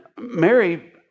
Mary